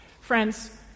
Friends